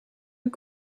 eut